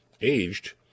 aged